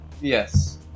Yes